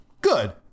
good